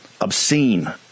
Obscene